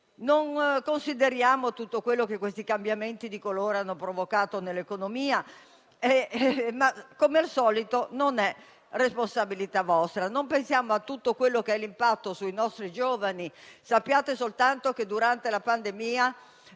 Non consideriamo tutto ciò che questi cambiamenti di colore hanno provocato nell'economia; ma, come al solito, non è responsabilità vostra. Non pensiamo all'impatto sui nostri giovani. Sappiate soltanto che durante la pandemia